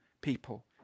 people